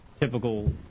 typical